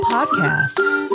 Podcasts